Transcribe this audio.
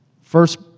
first